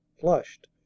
flushed